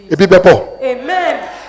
Amen